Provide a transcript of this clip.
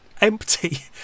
empty